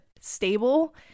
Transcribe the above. stable